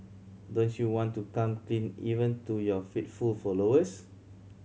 don't you want to come clean even to your faithful followers